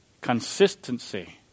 consistency